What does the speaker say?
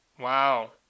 Wow